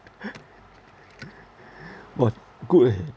!wah! good eh